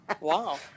Wow